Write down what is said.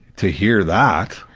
to hear that,